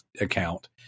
account